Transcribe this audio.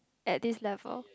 at this level